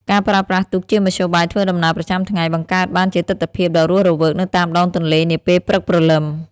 ការប្រើប្រាស់ទូកជាមធ្យោបាយធ្វើដំណើរប្រចាំថ្ងៃ បង្កើតបានជាទិដ្ឋភាពដ៏រស់រវើកនៅតាមដងទន្លេនាពេលព្រឹកព្រលឹម។